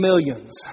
millions